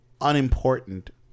unimportant